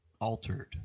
altered